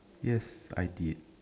yes I did